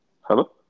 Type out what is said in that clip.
Hello